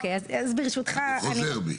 אני חוזר בי.